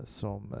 som